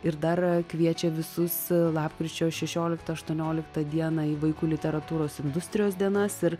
ir dar kviečia visus lapkričio šešioliktą aštuonioliktą dieną į vaikų literatūros industrijos dienas ir